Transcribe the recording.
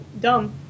dumb